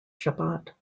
shabbat